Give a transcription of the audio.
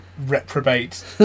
reprobate